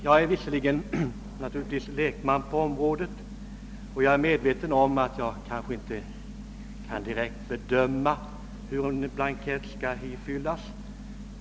Jag är självfallet lekman på området, och jag är medveten om att jag kanske inte direkt kan bedöma vilka uppgifter en sådan blankett skall innehålla.